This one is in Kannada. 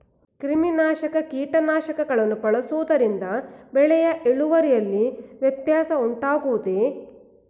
ಕ್ರಿಮಿನಾಶಕ ಕೀಟನಾಶಕಗಳನ್ನು ಬಳಸುವುದರಿಂದ ಬೆಳೆಯ ಇಳುವರಿಯಲ್ಲಿ ವ್ಯತ್ಯಾಸ ಉಂಟಾಗುವುದೇ?